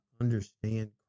understand